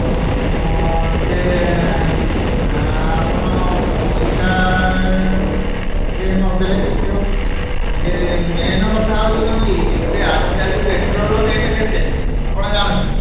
ହଁ ହଁ ଯେ ଆପଣ ପଇସା ଟିକିଏ ନଦେଲେ କେମତି ହେବ ଯେ ମେନ କଥା ହେଉଚି କ'ଣ କି ଏବେ ଆଜିକାଲି ପେଟ୍ରୋଲର ରେଟ କେତେ ଆପଣ ଜାଣୁଛନ୍ତି